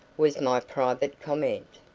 was my private comment.